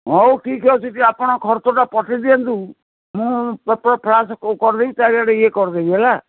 ହଉ ଠିକ୍ ଅଛି ଟିକେ ଆପଣ ଖର୍ଚ୍ଚଟା ପଠେଇ ଦିଅନ୍ତୁ ମୁଁ ପତ୍ର ଫ୍ରାସ କରିଦେଇବି ତାାରିଟ ଇଏ କରିଦେଇବି ହେଲା